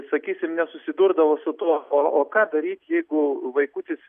sakysim nesusidurdavo su tuo o o ką daryt jeigu vaikutis